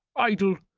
idle,